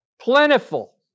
Plentiful